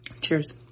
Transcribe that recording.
Cheers